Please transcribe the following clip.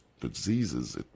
Diseases